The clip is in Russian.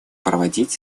проводить